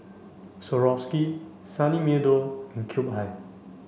Swarovski Sunny Meadow and Cube I